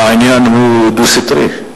העניין הוא דו-סטרי.